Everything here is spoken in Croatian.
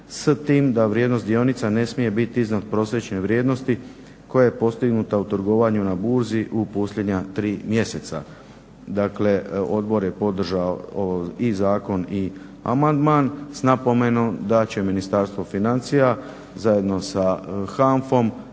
s tim da vrijednost dionica ne smije biti iznadprosječne vrijednosti koja je postignuta u trgovanju na burzi u posljednja tri mjeseca. Dakle, odbor je podržao i zakon i amandman s napomenom da će Ministarstvo financija zajedno sa HANFA-om